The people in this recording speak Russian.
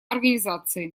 организации